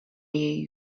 jej